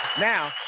Now